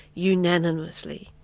unanimously.